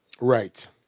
Right